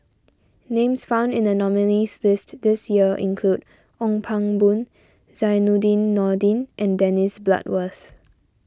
names found in the nominees' list this year include Ong Pang Boon Zainudin Nordin and Dennis Bloodworth